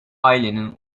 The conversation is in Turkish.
ailenin